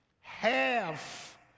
half